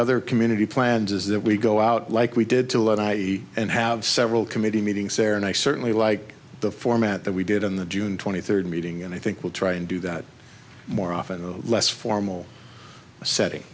other community plans is that we go out like we did to let i e and have several committee meeting sarah and i certainly like the format that we did in the june twenty third meeting and i think we'll try and do that more often less formal setting